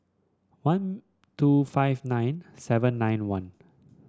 one two five nine seven nine one